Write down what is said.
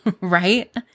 right